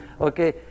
Okay